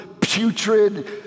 putrid